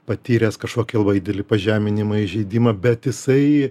patyręs kažkokį didelį pažeminimą įžeidimą bet jisai